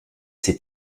ses